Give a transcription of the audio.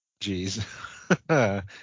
Jeez